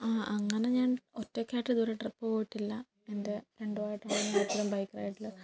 ആ അങ്ങനെ ഞാൻ ഒറ്റക്കായിട്ട് ഇതുവരെ ട്രിപ്പ് പോയിട്ടില്ല എൻ്റെ രണ്ട് വട്ടം ഞാൻ ആക്സിഡൻറ്റായി കഴിഞ്ഞിട്ട്